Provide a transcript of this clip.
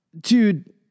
dude